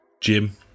Jim